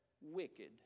wicked